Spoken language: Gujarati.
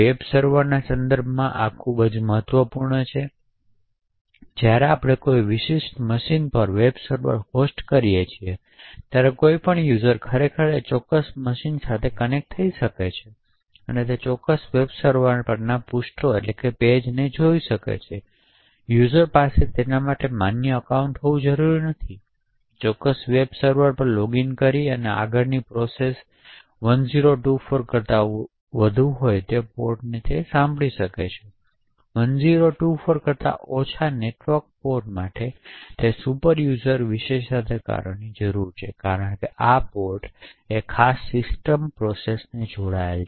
વેબસર્વરના સંદર્ભમાં આ મહત્વપૂર્ણ છે હવે જ્યારે આપણે કોઈ વિશિષ્ટ મશીન પર વેબ સર્વર હોસ્ટ કરીએ છીએ ત્યારે કોઈપણ યુઝર ખરેખર ચોક્કસ મશીન સાથે કનેક્ટ થઈ શકે છે અને તે ચોક્કસ વેબ સર્વર પરના પૃષ્ઠોને જોઈ શકે છે તે યુઝર પાસે માન્ય અકાઉંટ હોવું જરૂરી નથી તે ચોક્કસ વેબ સર્વર પર લોગિન કરી આગળ કોઈપણ પ્રોસેસ 1024 કરતા વધારે હોય તેવા પોર્ટને સાંભળી શકે છે 1024 કરતા ઓછા નેટવર્ક પોર્ટ્સ માટે તેને સુપરયુઝર વિશેષાધિકારોની જરૂર છે કારણ કે આ પોર્ટ ખાસ સિસ્ટમ પ્રોસેસને જોડેલા છે